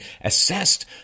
assessed